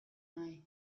nahi